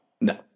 No